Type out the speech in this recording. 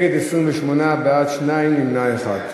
נגד, 28, בעד, 2, נמנע אחד.